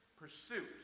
pursuit